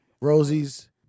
Rosie's